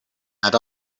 had